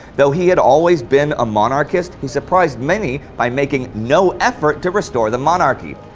though he had always been a monarchist, he surprised many by making no effort to restore the monarchy.